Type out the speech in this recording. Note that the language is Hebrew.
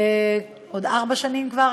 עוד ארבע שנים כבר,